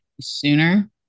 sooner